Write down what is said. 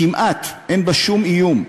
כמעט אין בה, שום איום.